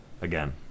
Again